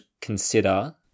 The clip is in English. consider